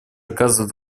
оказывает